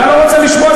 אני לא רוצה לשמוע.